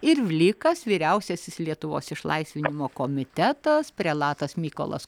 ir vlikas vyriausiasis lietuvos išlaisvinimo komitetas prelatas mykolas